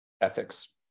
ethics